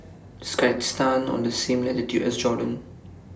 IS Kyrgyzstan on The same latitude as Jordan